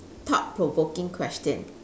thought provoking question